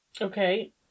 Okay